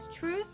Truth